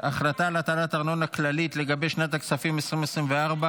החלטה על הטלת ארנונה כללית לגבי שנת הכספים 2024),